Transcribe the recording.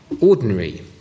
ordinary